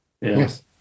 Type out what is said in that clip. Yes